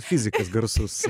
fizikais garsus